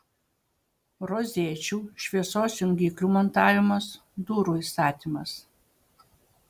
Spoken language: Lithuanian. rozečių šviesos jungiklių montavimas durų įstatymas